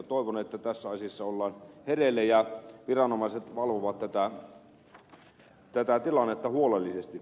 toivon että tässä asiassa ollaan hereillä ja viranomaiset valvovat tätä tilannetta huolellisesti